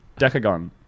Decagon